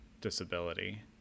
disability